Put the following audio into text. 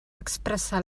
expressar